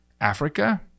Africa